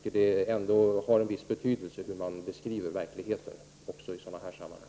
Det har ändå en viss betydelse hur man beskriver verkligheten, också i sådana här sammanhang.